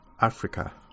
Africa